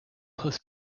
close